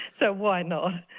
so why not.